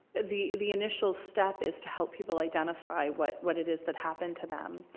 the the initial step is to help people identify what what it is that happened to them,